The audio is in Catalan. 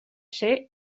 ser